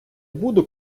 буду